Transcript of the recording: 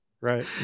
right